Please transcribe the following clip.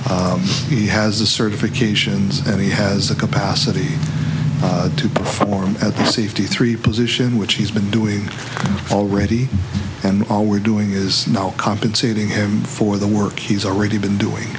does he has a certifications that he has the capacity to perform at the safety three position which he's been doing already and all we're doing is now compensating him for the work he's already been doing